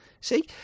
See